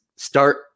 Start